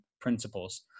principles